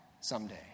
someday